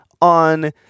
on